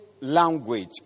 language